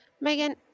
Megan